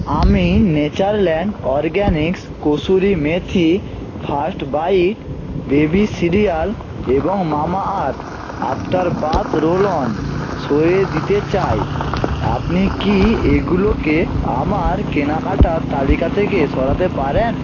আমি Natureland Organics kasuri methi first bite baby cereal এবং Mamaearth after bath roll on সরিয়ে দিতে চাই আপনি কি এগুলোকে আমার কেনাকাটার তালিকা থেকে সরাতে পারেন